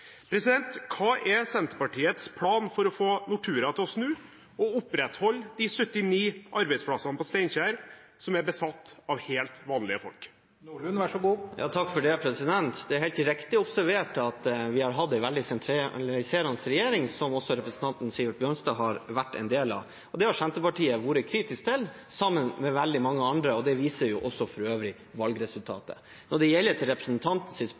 Hva er Senterpartiets plan for å få Nortura til å snu og opprettholde de 79 arbeidsplassene på Steinkjer som er besatt av helt vanlige folk? Det er helt riktig observert at vi har hatt en veldig sentraliserende regjering, som også representanten Sivert Bjørnstad har vært en del av. Det har Senterpartiet vært kritisk til sammen med veldig mange andre. Det viser for øvrig også valgresultatet. Når det gjelder representantens spørsmål, er dette noe som styret i Nortura har besluttet, uten at Senterpartiet har hatt muligheten til